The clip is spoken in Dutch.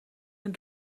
het